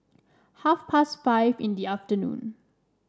half past five in the afternoon